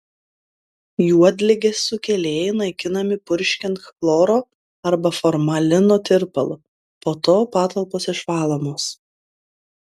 juodligės sukėlėjai naikinami purškiant chloro arba formalino tirpalu po to patalpos išvalomos